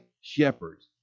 shepherds